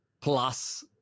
plus